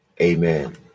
Amen